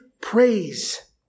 praise